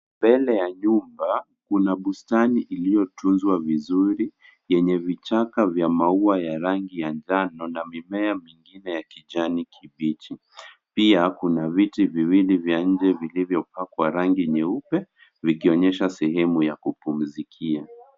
Mbele ya nyumba kuna bustani iliyotunzwa vizuri lenye vichaka vya maua ya rangi ya njano na mimea mengine ya kijani kibichi. Pia kuna viti viwili vya nje vilivyopakwa rangi nyeupe vikionyesha sehemu ya kupumzikia.